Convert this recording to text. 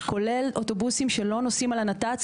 כולל אוטובוסים שלא נוסעים על הנת"צ,